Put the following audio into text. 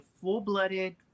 full-blooded